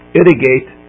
irrigate